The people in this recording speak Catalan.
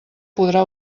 podrà